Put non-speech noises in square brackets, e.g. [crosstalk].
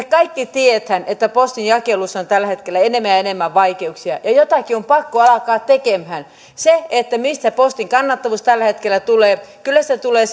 [unintelligible] kaikki tiedämme että postinjakelussa on tällä hetkellä enemmän ja enemmän vaikeuksia ja jotakin on pakko alkaa tekemään mistä postin kannattavuus tällä hetkellä tulee kyllä se tulee [unintelligible]